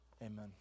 Amen